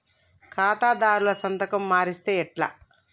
ఖాతాదారుల సంతకం మరిస్తే ఎట్లా?